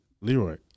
Leroy